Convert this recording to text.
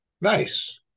Nice